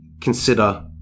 consider